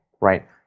right